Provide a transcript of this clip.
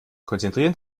konzentrieren